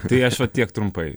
tai aš va tiek trumpai